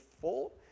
full